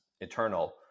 eternal